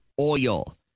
Oil